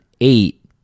eight